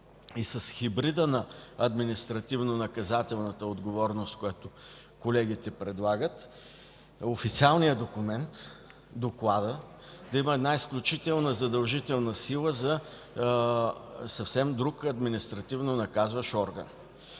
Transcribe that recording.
и с хибрида на административнонаказателната отговорност, която колегите предлагат – официалният документ, докладът да има изключителна, задължителна сила за съвсем друг административнонаказващ орган.